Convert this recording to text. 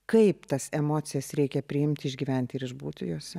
kaip tas emocijas reikia priimti išgyventi ir išbūti jose